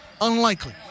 Unlikely